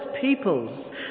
peoples